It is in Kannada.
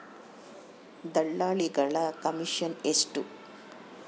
ದಲ್ಲಾಳಿಗಳ ಕಮಿಷನ್ ಎಷ್ಟು?